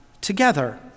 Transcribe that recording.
together